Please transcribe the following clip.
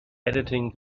editing